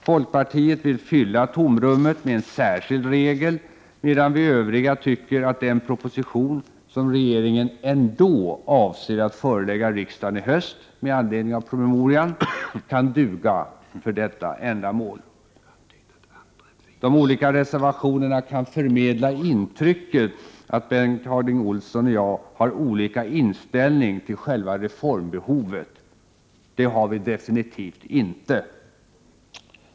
Folkpartiet vill fylla tomrummet med en särskild regel, medan vi övriga tycker att den proposition som regeringen ändå avser att förelägga riksdagen i höst med anledning av promemorian kan duga för detta ändamål. De olika reservationerna kan förmedla intrycket att Bengt Harding Olson och jag har olika inställning till själva reformbehovet — det har vi definitivt inte.